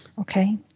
Okay